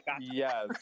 Yes